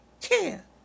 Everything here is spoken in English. care